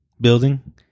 building